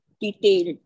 detailed